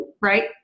Right